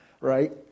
Right